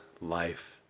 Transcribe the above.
life